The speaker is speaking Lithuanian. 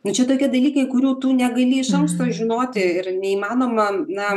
bet čia tokie dalykai kurių tu negali iš anksto žinoti ir neįmanoma na